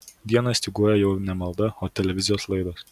dieną styguoja jau ne malda o televizijos laidos